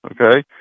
okay